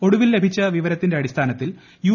ഒടുവിൽ ലഭിച്ച വിവരത്തിന്റെ അടിസ്ഥാനത്തിൽ യു